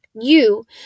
You